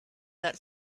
that